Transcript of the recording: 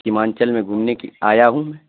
سیمانچل میں گھومنے آیا ہوں